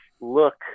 look